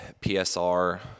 PSR